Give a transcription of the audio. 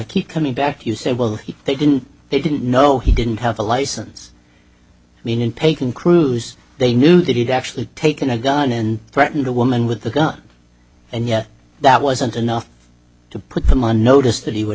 keep coming back you say well he they didn't they didn't know he didn't have a license i mean in taking cruise they knew that he'd actually taken a gun and threatened a woman with a gun and yet that wasn't enough to put the money noticed that he would